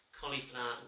cauliflower